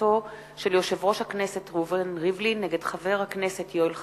קובלנתו של יושב-ראש הכנסת ראובן ריבלין נגד חבר הכנסת יואל חסון,